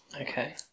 okay